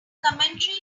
commentary